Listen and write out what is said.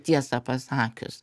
tiesą pasakius